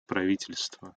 правительства